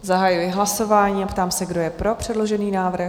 Zahajuji hlasování a ptám se, kdo je pro předložený návrh?